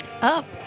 Up